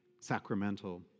sacramental